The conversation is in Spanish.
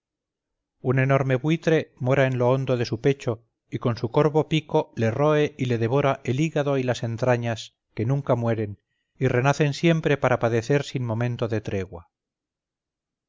un enorme buitre mora en lo hondo de su pecho y con su corvo pico le roe y le devora el hígado y las entrañas que nunca mueren y renacen siempre para padecer sin momento de tregua